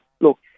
Look